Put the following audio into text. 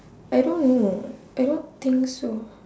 I don't know I don't think so